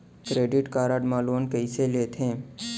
Credit card मा loan कइसे लेथे?